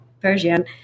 Persian